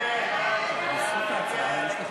סעיף 84,